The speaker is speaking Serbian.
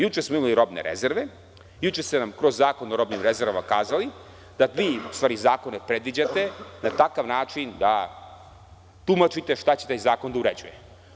Juče smo imali robne rezerve, juče ste nam kroz Zakon o robnim rezervama kazali da vi zakone predviđate na takav način da tumačite šta će taj zakon da uređuje.